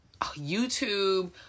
YouTube